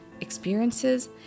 experiences